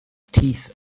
teeth